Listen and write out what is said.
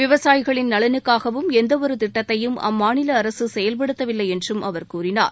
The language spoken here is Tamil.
விவசாயிகளின் நலனுக்காகவும் எந்தவொரு திட்டத்தையும் அம்மாநில அரசு செயல்படுத்தவில்லை என்றும் அவர் கூறினார்